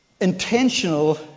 intentional